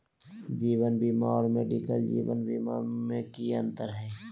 जीवन बीमा और मेडिकल जीवन बीमा में की अंतर है?